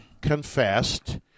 confessed